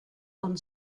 von